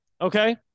okay